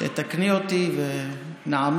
תתקני אותי ונעמיק.